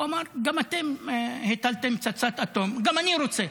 הוא אמר: גם אתם הטלתם פצצת אטום, גם אני רוצה.